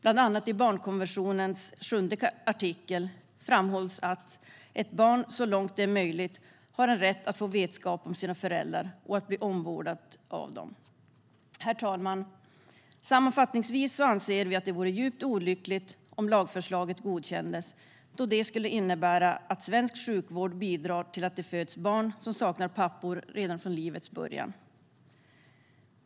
Bland annat i barnkonventionens sjunde artikel framhålls att ett barn så långt det är möjligt har rätt att få vetskap om sina föräldrar och få sin omvårdnad av dem. Herr talman! Sammanfattningsvis anser vi att det vore djupt olyckligt om lagförslaget godkändes, då det skulle innebära att svensk sjukvård bidrar till att det föds barn som saknar pappor redan från livets början.